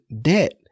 debt